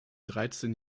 dreizehn